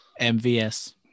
MVS